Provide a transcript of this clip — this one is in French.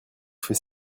fait